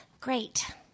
Great